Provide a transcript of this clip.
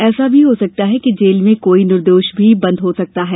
ऐसा भी हो सकता है कि जेल में कोई निर्दोष भी बंद हो सकता है